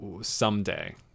someday